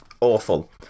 awful